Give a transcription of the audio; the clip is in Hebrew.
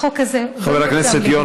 החוק הזה הוא לא רק מדם ליבי,